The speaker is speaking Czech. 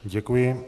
Děkuji.